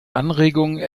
anregungen